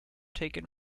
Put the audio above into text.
taken